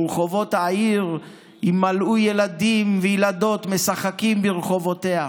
ורחובות העיר יִמָּלאו ילדים וילדות משחקים ברחֹבותיה".